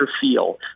feel